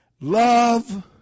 love